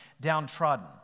downtrodden